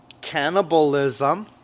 cannibalism